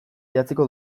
idatziko